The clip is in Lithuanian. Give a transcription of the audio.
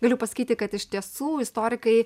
galiu pasakyti kad iš tiesų istorikai